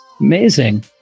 Amazing